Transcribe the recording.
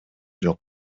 жок